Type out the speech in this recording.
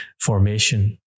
formation